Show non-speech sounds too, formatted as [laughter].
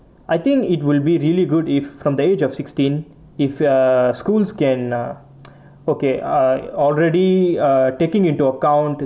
I think it will be really good if from the age of sixteen if ah schools can ah [noise] okay are already uh taking into account